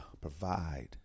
provide